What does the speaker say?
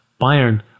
Bayern